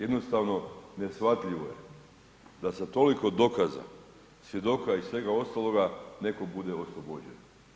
Jednostavno neshvatljivo je da sa toliko dokaza, svjedoka i svega ostaloga netko bude oslobođen.